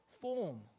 form